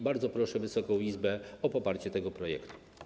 Bardzo proszę Wysoką Izbę o poparcie tego projektu.